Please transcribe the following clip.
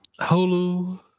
Hulu